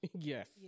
Yes